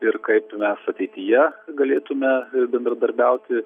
ir kaip mes ateityje galėtume bendradarbiauti